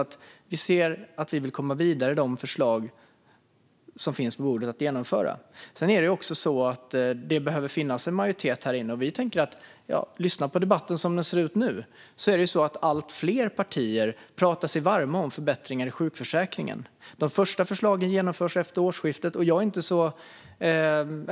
Där står det att vi vill gå vidare med de förslag som finns att genomföra. Det behöver dock finnas en majoritet för det här. Om man lyssnar till debatten hör man att allt fler partier talar sig varma om förbättringar i sjukförsäkringen. De första förslagen genomförs efter årsskiftet.